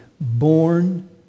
born